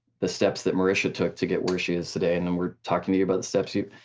the steps that marisha took to get where she is today, and and we're talking to you about the steps you,